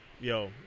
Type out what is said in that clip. Yo